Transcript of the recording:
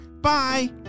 Bye